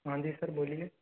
हाँ जी सर बोलिए